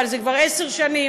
אבל זה כבר עשר שנים.